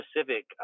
specific